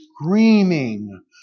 screaming